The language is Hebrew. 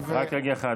רק רגע.